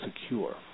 secure